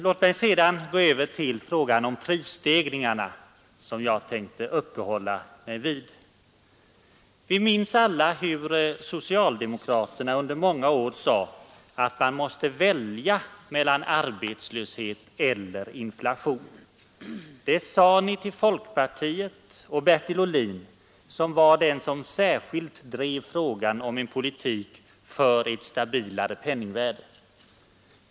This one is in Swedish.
Låt mig sedan gå över till frågan om prisstegringarna, som jag särskilt tänker uppehålla mig vid. Vi minns alla hur socialdemokraterna under många år sade att man måste välja mellan arbetslöshet och inflation. Det sade ni till folkpartiet och till Bertil Ohlin, som var den som särskilt drev frågan om en politik för ett stabilare penningvärde.